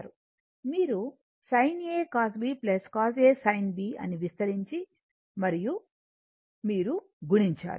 మీరు sin A cos B cos A sin B అని విస్తరించి మరియు మీరు గుణించాలి